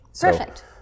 Perfect